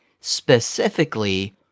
specifically